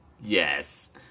yes